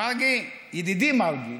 ידידי מרגי,